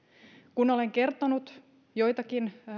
kun olen kertonut joitakin